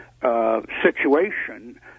situation